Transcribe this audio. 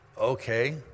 okay